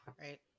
right